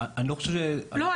זה משהו שאין להקל בו ראש --- לא,